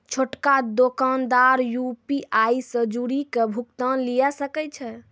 छोटका दोकानदार यू.पी.आई से जुड़ि के भुगतान लिये सकै छै